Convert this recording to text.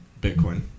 Bitcoin